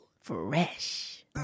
Fresh